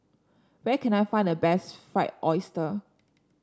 where can I find the best Fried Oyster